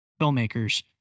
filmmakers